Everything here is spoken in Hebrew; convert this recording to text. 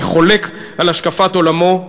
אני חולק על השקפת עולמו.